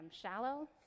shallow